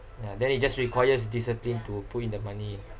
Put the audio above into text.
ya then it just requires discipline to put in the money ah